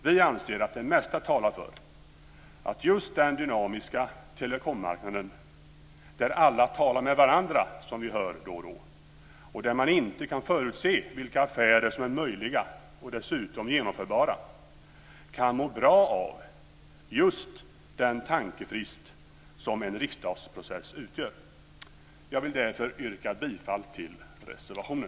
Vi anser att det mesta talar för att just den dynamiska telekommarknaden - där alla talar med varandra, som vi ju hör då och då, och där man inte kan förutse vilka affärer som är möjliga och som dessutom är genomförbara - kan må bra av just den tankefrist som en riksdagsprocess utgör. Jag yrkar därför bifall till reservationen.